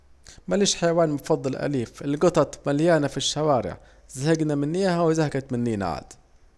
مليش حيوان مفضل أليف، الجطط مليانة في الشوارع زهجنا منيها وزهجت منينا عاد